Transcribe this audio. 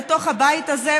לתוך הבית הזה,